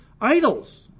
idols